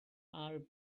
are